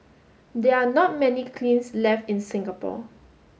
there are not many kilns left in Singapore